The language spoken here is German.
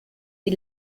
die